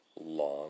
long